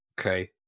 Okay